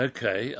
Okay